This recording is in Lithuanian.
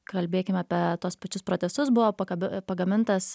kalbėkim apie tuos pačius protesus buvo pakabi pagamintas